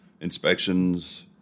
inspections